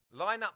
lineup